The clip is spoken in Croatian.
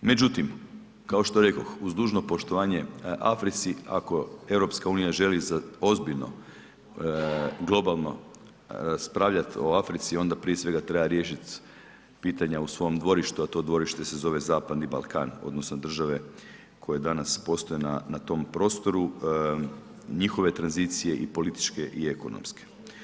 Međutim, kao što rekoh uz dužno poštovanje Africi ako EU želi ozbiljno globalno raspravljati o Africi onda prije svega treba riješiti pitanja u svom dvorištu, a to dvorište se zove Zapadni Balkan odnosno države koje danas postoje na tom prostoru, njihove tranzicije i političke i ekonomske.